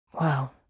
Wow